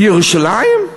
ירושלים?